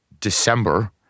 December